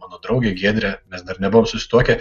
mano draugė giedrė mes dar nebuvom susituokę